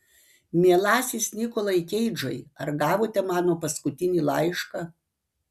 mielasis nikolai keidžai ar gavote mano paskutinį laišką